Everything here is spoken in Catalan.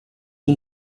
que